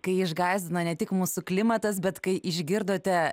kai išgąsdino ne tik mūsų klimatas bet kai išgirdote